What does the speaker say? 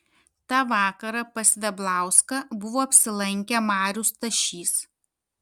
tą vakarą pas veblauską buvo apsilankę marius stašys